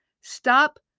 Stop